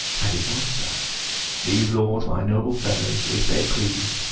i did not, sir these lords, my noble fellows, if they please,